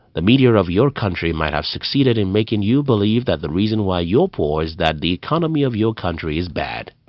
the media of your country might have succeeded in making you believe that the reason why you're poor is that the economy of your country is bad.